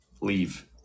leave